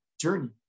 journey